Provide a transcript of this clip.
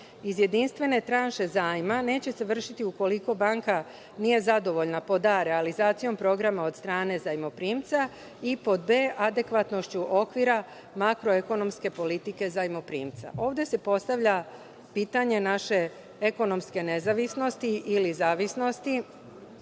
iz jedinstvene tranše zajma neće se vršiti ukoliko banka nije zadovoljna, pod A) realizacijom programa od strane zajmoprimca i pod B) adekvatnošću okvira makroekonomske politike zajmoprimca. Ovde se postavlja pitanje naše ekonomske nezavisnosti ili zavisnosti,